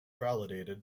validated